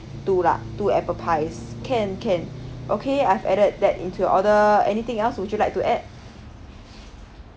two lah two apple pies can can okay I've added that into your order anything else would you like to add